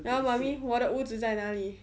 ya mummy 我的屋子在哪里